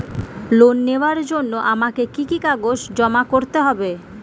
Loan নেওয়ার জন্য আমাকে কি কি কাগজ জমা করতে হবে?